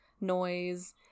noise